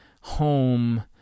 Home